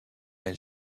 elle